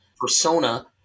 persona